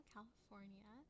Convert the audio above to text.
California